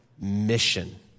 mission